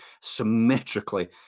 symmetrically